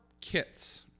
kits